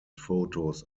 photos